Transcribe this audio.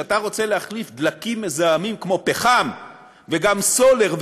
כשאתה רוצה להחליף דלקים מזהמים כמו פחם וגם סולר,